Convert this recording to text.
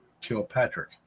Kilpatrick